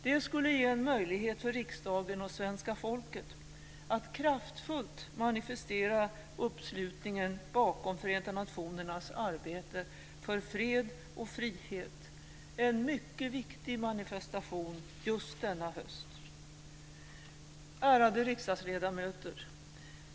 Det skulle ge en möjlighet för riksdagen och svenska folket att kraftfullt manifestera uppslutningen bakom Förenta nationernas arbete för fred och frihet - en mycket viktig manifestation just denna höst. Ärade riksdagsledamöter!